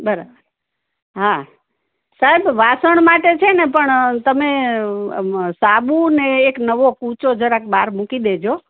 બરાબર હા સાએબ વાસણ માટે છેને પણ તમે સાબુને એક નવો કૂચો જરાક બાર મૂકી દેજો